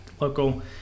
local